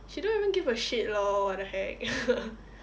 she don't even give a shit lor what the heck